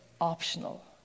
optional